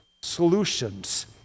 solutions